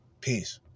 Peace